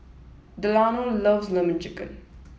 Delano loves Lemon Chicken